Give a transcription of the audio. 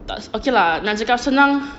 tak okay lah nak cakap senang